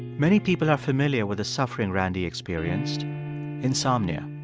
many people are familiar with the suffering randy experienced insomnia.